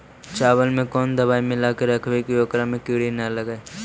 चावल में कोन दबाइ मिला के रखबै कि ओकरा में किड़ी ल लगे?